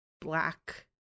black